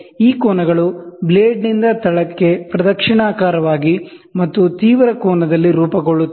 ಈ ಕೋನಗಳು ಬ್ಲೇಡ್ನಿಂದ ತಳಕ್ಕೆ ಕ್ಲೋಕ್ವೈಸ್ ಆಗಿ ಮತ್ತು ತೀವ್ರ ಕೋನದಲ್ಲಿ ರೂಪುಗೊಳ್ಳುತ್ತವೆ